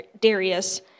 Darius